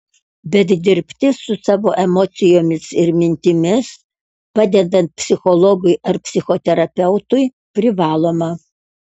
bet dirbti su savo emocijomis ir mintimis padedant psichologui ar psichoterapeutui privaloma